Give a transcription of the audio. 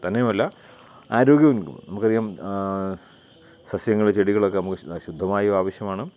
തന്നെയുമല്ല ആരോഗ്യവും കിട്ടും നമുക്കറിയാം സസ്യങ്ങൾ ചെടികളൊക്കെ നമുക്ക് ശുദ്ധവായു ആവശ്യമാണ്